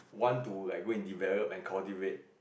want to like go and develop and cultivate